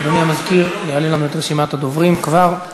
אדוני המזכיר יעלה לנו את רשימת הדוברים, כבר.